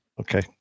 okay